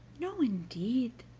no, indeed,